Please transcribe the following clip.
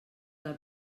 del